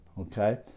Okay